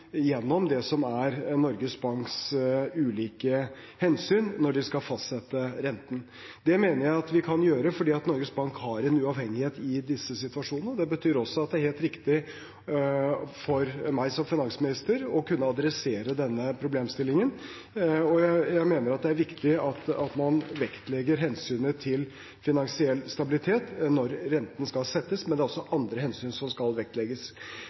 det som er Norges Banks ulike hensyn når de skal fastsette renten. Det mener jeg vi kan gjøre fordi Norges Bank har en uavhengighet i disse situasjonene. Det betyr også at det er helt riktig for meg som finansminister å kunne adressere denne problemstillingen. Jeg mener det er viktig at man vektlegger hensynet til finansiell stabilitet når renten skal settes, men det er også andre hensyn som skal vektlegges.